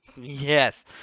yes